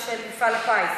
קרן שלנו ושל מפעל הפיס.